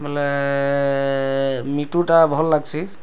ବୋଲେ ମିଟୁଟା ଭଲ୍ ଅଛି